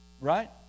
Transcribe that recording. Right